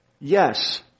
Yes